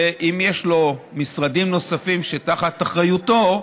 אם יש לו משרדים נוספים תחת אחריותו,